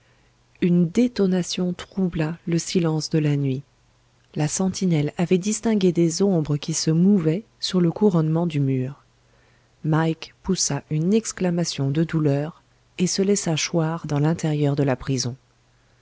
une détonation troubla le silence de la nuit la sentinelle avait distingué des ombres qui se mouvaient sur le couronnement du mur mike poussa une exclamation de douleur et se laissa choir dans l'intérieur de la prison